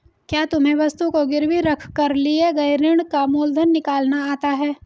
क्या तुम्हें वस्तु को गिरवी रख कर लिए गए ऋण का मूलधन निकालना आता है?